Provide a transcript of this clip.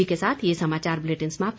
इसी के साथ ये समाचार बुलेटिन समाप्त हुआ